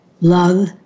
love